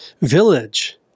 village